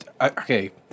okay